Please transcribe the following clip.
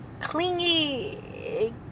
clingy